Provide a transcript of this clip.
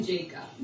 Jacob